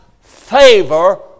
favor